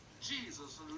Jesus